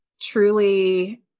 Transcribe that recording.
truly